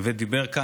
ודיבר כאן.